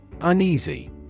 Uneasy